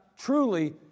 truly